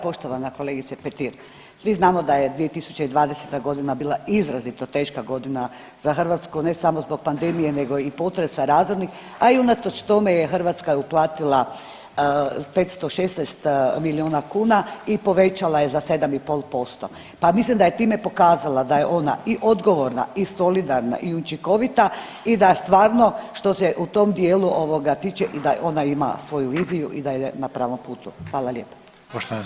Poštovana kolegice Petir, svi znamo da je 2020. godina bila izrazito teška godina za Hrvatsku ne samo zbog pandemije nego i potresa razornih, a i unatoč tome je Hrvatska uplatila 516 miliona kuna i povećala je za 7,5% pa mislim da je time pokazala da je ona i odgovorna i solidarna i učinkovita i da stvarno što se u tom dijelu ovoga tiče i da ona ima svoju viziju i da je na pravom putu.